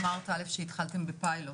אמרת שהתחלתם בפיילוט,